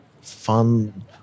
fun